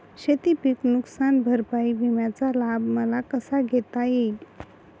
शेतीपीक नुकसान भरपाई विम्याचा लाभ मला कसा घेता येईल?